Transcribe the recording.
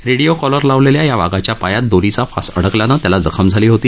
radio collar लावलेल्या या वाघाच्या पायात दोरीचा फास अडकल्यानं त्याला जखम झाली होती